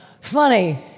Funny